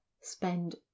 spend